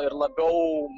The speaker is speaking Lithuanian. ir labiau